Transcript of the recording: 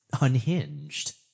unhinged